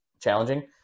challenging